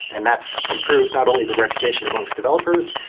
and that's improved not only the reputation amongst developers,